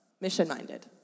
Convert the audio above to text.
mission-minded